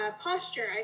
posture